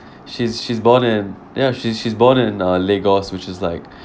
she's she's born in ya she's she's born in uh lagos which is like